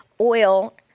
Oil